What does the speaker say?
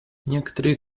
некоторые